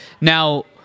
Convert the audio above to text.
Now